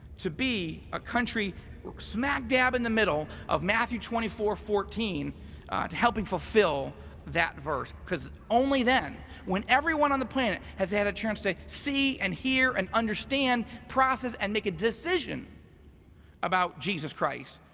to be a country smack dab in the middle of matthew twenty four fourteen to helping fulfill that verse cause only then when everyone on the planet has had a chance to see and hear and understand process and make a decision about jesus christ,